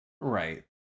Right